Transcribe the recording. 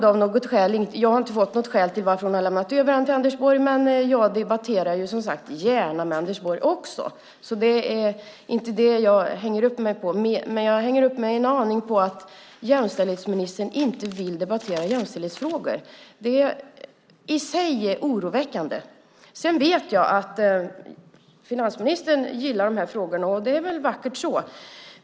Jag har inte fått något skäl till varför hon har lämnat över dem till Anders Borg, men jag debatterar gärna också med Anders Borg. Det är inte det jag hänger upp mig på. Jag hänger upp mig en aning på att jämställdhetsministern inte vill debattera jämställdhetsfrågor. Det i sig är oroväckande. Sedan vet jag att finansministern gillar de här frågorna, och det är vackert så.